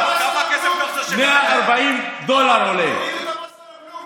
כמה כסף אתה רוצה, תורידו את המס על הבלו.